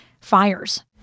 fires